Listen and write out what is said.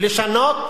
לשנות